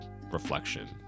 reflection